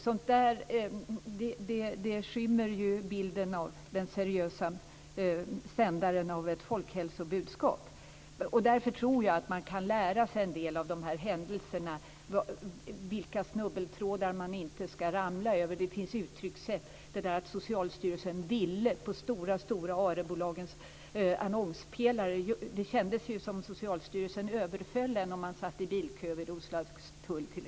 Sådant skymmer bilden av den seriösa avsändaren vid ett folkhälsobudskap. Jag tror att man kan lära sig en del av dessa händelser, t.ex. vilka snubbeltrådar som man inte skall ramla över. Socialstyrelsens annonser fanns på ARE bolagens stora annonspelare, och det kändes som att Socialstyrelsen överföll en när man satt i bilkö t.ex. Fru talman!